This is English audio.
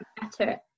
better